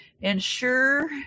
Ensure